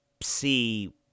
see